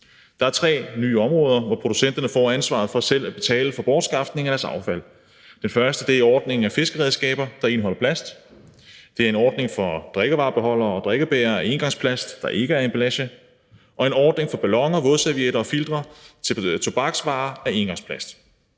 Der er tre nye områder, hvor producenterne får ansvar for selv at betale for bortskaffelse af deres affald. Det første er ordningen for fiskeredskaber, der indeholder plast. Derefter er der en ordning for drikkevarebeholdere og drikkebægere af engangsplast, der ikke er emballage, og så er der en ordning for balloner, vådservietter og filtre til tobaksvarer af engangsplast.